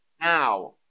Now